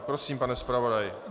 Prosím, pane zpravodaji.